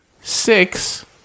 six